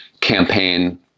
campaign